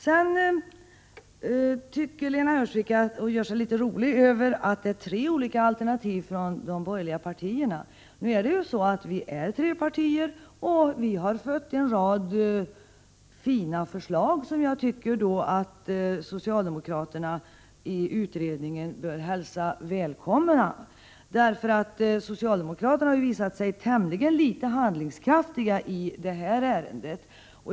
Lena Öhrsvik tycker, och gör sig litet rolig över, att det finns tre olika alternativ från de borgerliga partierna. Vi är tre partier, och vi har fört fram en rad viktiga förslag som jag tycker att socialdemokraterna i utredningen bör hälsa välkomna. Socialdemokraterna har visat sig tämligen litet handlingskraftiga i detta ärende.